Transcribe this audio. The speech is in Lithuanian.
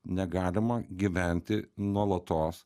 negalima gyventi nuolatos